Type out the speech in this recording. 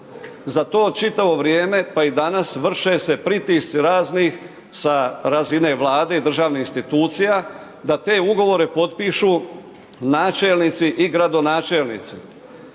Za to čitavo vrijeme, pa i danas, više se pritisci, raznih sa razine vlade i državnih institucija, da te ugovore potpišu načelnici i gradonačelnici.